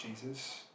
Jesus